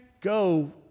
go